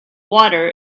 water